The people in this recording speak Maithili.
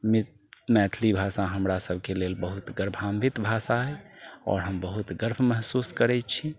मैथिली भाषा हमरा सभके लेल बहुत गौरवान्वित भाषा अछि आओर हम बहुत गर्व महसूस करैत छी